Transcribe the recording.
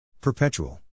Perpetual